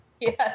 Yes